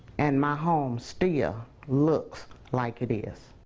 and my home still looks like it is.